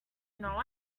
know